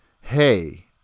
hey